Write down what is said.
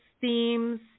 themes